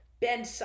Ben